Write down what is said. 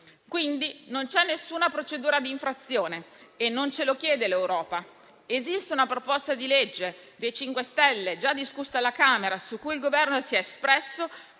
Quindi non c'è alcuna procedura di infrazione e non ce lo chiede l'Europa. Esiste una proposta di legge dei 5 Stelle, già discussa alla Camera, su cui il Governo si è espresso